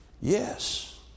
Yes